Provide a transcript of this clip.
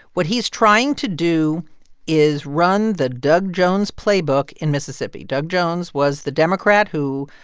what he's trying to do is run the doug jones playbook in mississippi. doug jones was the democrat who,